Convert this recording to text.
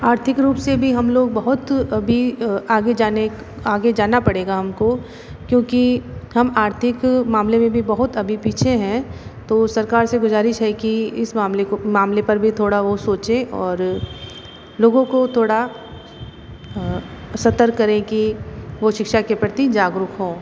आर्थिक रूप से भी हम लोग बहुत अभी आगे जाने आगे जाना पड़ेगा हमको क्योंकि हम आर्थिक मामले मे भी बहुत अभी पीछे हैं तो सरकार से गुजारिश है कि इस मामले को इस मामले पर भी वो थोड़ा सोचे और लोगों को थोड़ा सतर्क करें कि वो शिक्षा के प्रति जागरूक हों